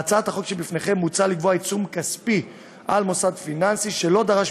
בהצעת החוק שלפניכם מוצע לקבוע עיצום כספי על מוסד פיננסי שלא דרש